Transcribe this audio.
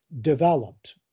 developed